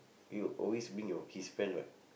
you always bring your his friends what